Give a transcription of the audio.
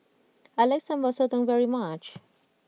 I like Sambal Sotong very much